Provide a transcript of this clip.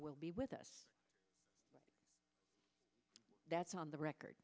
will be with us that's on the record